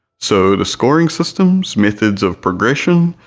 so the scoring systems, methods of progression,